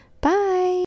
Bye